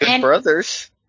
brothers